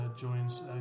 joins